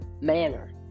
manner